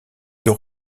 deux